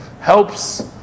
helps